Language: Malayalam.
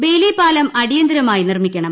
ബെയ്ലി പാലം അടിയന്തരമായി നിർമ്മിക്കണം